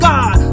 God